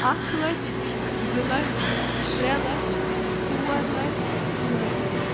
اَکھ لَچھ زٕ لَچھ ترٛےٚ لَچھ ژور لَچھ پانٛژ لَچھ